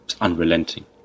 unrelenting